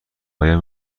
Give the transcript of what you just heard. آیا